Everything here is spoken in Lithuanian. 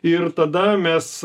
ir tada mes